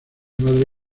madre